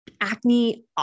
Acne